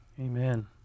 amen